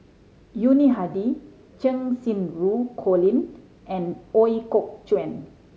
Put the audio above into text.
Yuni Hadi Cheng Xinru Colin and Ooi Kok Chuen